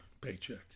paycheck